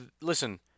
listen